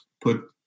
put